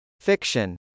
Fiction